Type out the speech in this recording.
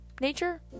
nature